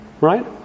Right